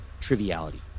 triviality